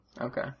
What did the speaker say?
Okay